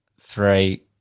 three